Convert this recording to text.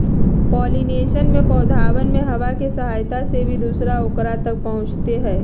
pollination में पौधवन में हवा के सहायता से भी दूसरा औकरा तक पहुंचते हई